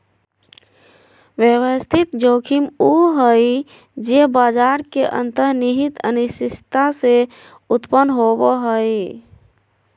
व्यवस्थित जोखिम उ हइ जे बाजार के अंतर्निहित अनिश्चितता से उत्पन्न होवो हइ